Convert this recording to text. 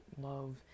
love